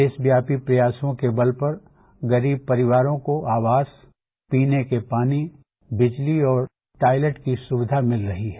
देशव्यापी प्रयासों के बल पर गरीब परिवारों को आवास पीनी के पानी बिजली और टॉयलेट की सुविधा मिल रही है